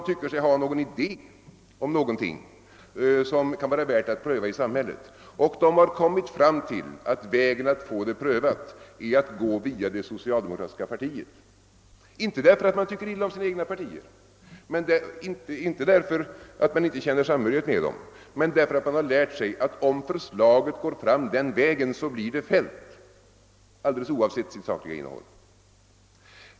De har en idé som de anser vara värd att prövas, och de har funnit att vägen att få den prövad går via det socialdemokratiska partiet, inte därför att de tänker illa om sina egna partier och inte känner samhörighet med dem, utan därför att de har lärt sig att förslaget blir fällt om det förs fram den vägen, oavsett sitt sakliga innehåll.